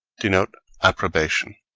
denote approbation?